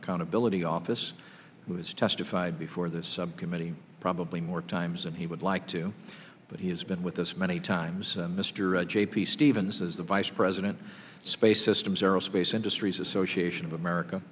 accountability office who has testified before this subcommittee probably more times and he would like to but he has been with us many times mr ed j p stevens is the vice president space systems aerospace industries association of america